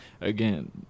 again